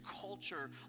culture